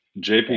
jp